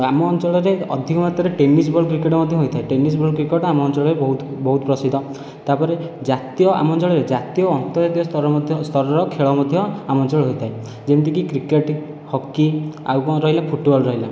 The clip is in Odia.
ଆମ ଅଞ୍ଚଳରେ ଆଧିକ ମାତ୍ରାରେ ଟେନିସ୍ ବଲ୍ କ୍ରିକେଟ ମଧ୍ୟ ହୋଇଥାଏ ଟେନିସ୍ ବଲ୍ କ୍ରିକେଟ ଆମ ଅଞ୍ଚଳରେ ବହୁତ ବହୁତ ପ୍ରସିଦ୍ଧ ତା'ପରେ ଜାତୀୟ ଆମ ଅଞ୍ଚଳରେ ଜାତୀୟ ଅନ୍ତର୍ଜାତୀୟ ସ୍ତରର ଖେଳ ମଧ୍ୟ ଆମ ଅଞ୍ଚଳରେ ହୋଇଥାଏ ଯେମିତିକି କ୍ରିକେଟ ହକି ଆଉ କ'ଣ ରହିଲା ଫୁଟବଲ ରହିଲା